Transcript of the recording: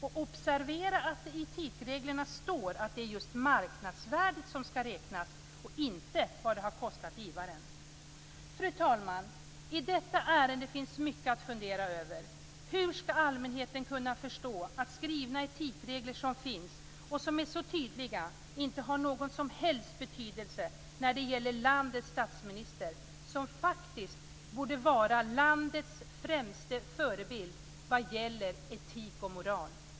Och observera att det i etikreglerna står att det är just marknadsvärdet som skall räknas, och inte vad det har kostat givaren. Fru talman! I detta ärende finns mycket att fundera över. Hur skall allmänheten kunna förstå att de skrivna etikregler som finns och som är så tydliga inte har någon som helst betydelse när det gäller landets statsminister, som faktiskt borde vara landets främsta förebild vad gäller etik och moral?